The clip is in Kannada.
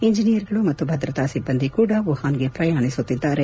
ಇಂಜನಿಯರ್ ಗಳು ಮತ್ತು ಭದ್ರತಾ ಸಿಬ್ಬಂದಿ ಕೂಡಾ ವುಹಾನ್ ಗೆ ಪ್ರಯಾಣಿಸುತ್ತಿದ್ದಾರೆ